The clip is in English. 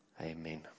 Amen